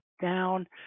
down